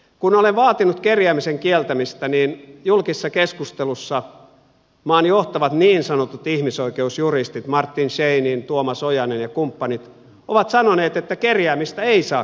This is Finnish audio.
kun olen vaatinut kerjäämisen kieltämistä niin julkisessa keskustelussa maan johtavat niin sanotut ihmisoikeusjuristit martin scheinin tuomas ojanen ja kumppanit ovat sanoneet että kerjäämistä ei saa kieltää